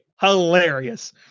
hilarious